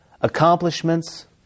accomplishments